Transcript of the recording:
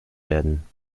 werden